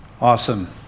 Awesome